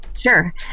Sure